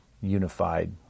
unified